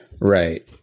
Right